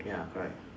ya correct